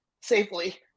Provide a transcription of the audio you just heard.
safely